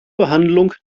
behandlung